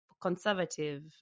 conservative